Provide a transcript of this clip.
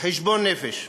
חשבון נפש,